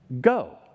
go